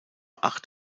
acht